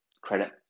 credit